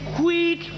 quick